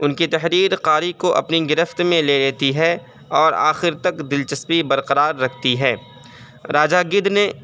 ان کی تحریر قاری کو اپنی گرفت میں لے لیتی ہے اور آخر تک دلچسپی برقرار رکھتی ہے راجا گدھ نے